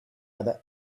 other